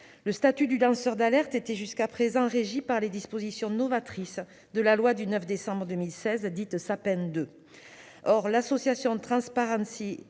Le statut du lanceur d'alerte était jusqu'à présent régi par les dispositions novatrices de la loi du 9 décembre 2016, dite Sapin II. Or l'association Transparency